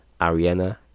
ariana